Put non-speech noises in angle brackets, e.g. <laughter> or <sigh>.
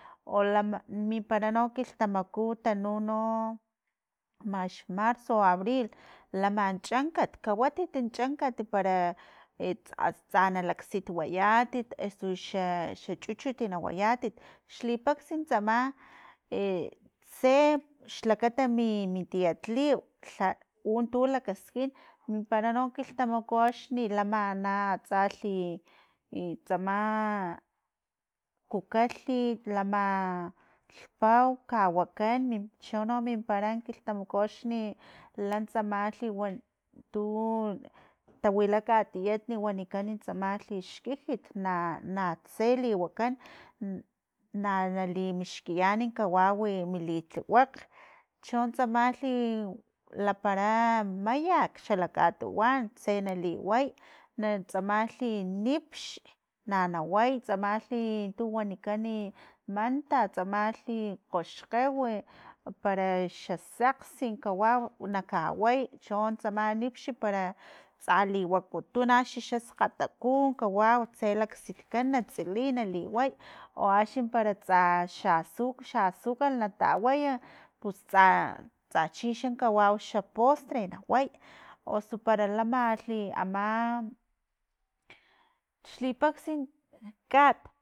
Olam mimpara no kilhtamaku tanu no max marzo, abril man chankan kawatit chankat para e- t- tsa na sitwayatit usu xa- xa chuchut nawayatit xlipaksa tsama <hesitation> tse xlakata mi- mi tietliw lha u tu lakaskin mimpara no kilhtamaku axni lama na atsa lalhi i tsama a kukalhit i lama lhpua kawakan mim cho mimpara kilhtamaku axni, lantsamalhi wan utawila katiet wanikan tsamalhi xkijit na- natse liwakan n- na- na limixkiyan kawawi militliwakg chon tsamalhi lapara mayak xala katuwan tse naliway, na tsamalhi nipx na naway tsamalhi tu wanikani manta tsamalhi kgoxkgew para xasekgsi kawau nakaway chon tsama nipxi tsa liwakutun axni xa skgataku kawau tse laksitkan nakaktsiliy naliway, o axi para tsax xa azu- xa azucar natawaya pus tsa- tsa chixa kawau xa postre i naway osu para lamalhi ama, xlipaxi kat.